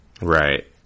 Right